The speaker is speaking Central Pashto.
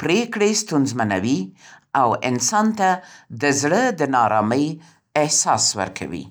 پرېکړې ستونزمنوي، او انسان ته د زړه د ناارامۍ احساس ورکوي.